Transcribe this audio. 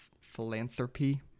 philanthropy